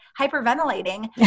hyperventilating